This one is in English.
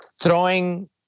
throwing